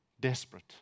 desperate